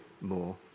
more